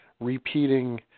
repeating